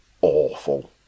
awful